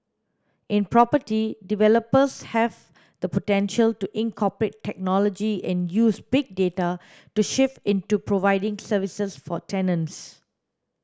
in property developers have the potential to incorporate technology and use Big Data to shift into providing services for tenants